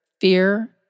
fear